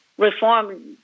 Reform